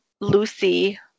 Lucy